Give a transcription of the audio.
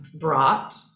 brought